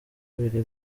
abiri